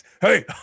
Hey